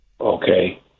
okay